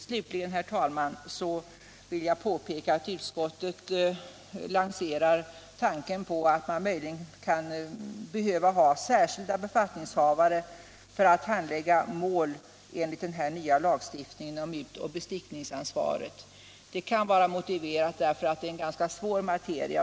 Slutligen vill jag peka på att utskottet lanserar tanken att man kan behöva ha särskilda befattningshavare för att handlägga mål enligt den nya lagstiftningen om mutoch bestickningsansvaret. Det kan vara motiverat, eftersom detta är en ganska svår materia.